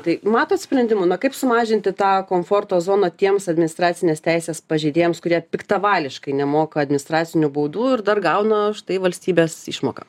tai matot sprendimų na kaip sumažinti tą komforto zoną tiems administracinės teisės pažeidėjams kurie piktavališkai nemoka administracinių baudų ir dar gauna štai valstybės išmoką